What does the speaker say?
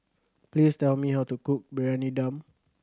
please tell me how to cook Briyani Dum